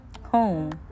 home